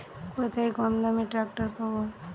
কোথায় কমদামে ট্রাকটার পাব?